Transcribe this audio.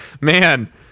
man